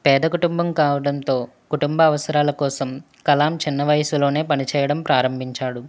పేద కుటుంబం కావటంతో కుటుంబ అవసరాల కోసం కలామ్ చిన్న వయసులో పని చేయడం ప్రారంభించాడు